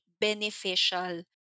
beneficial